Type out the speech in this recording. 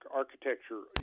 architecture